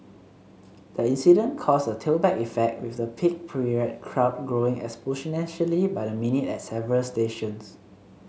the incident caused a tailback effect with the peak period crowd growing exponentially by the minute at several stations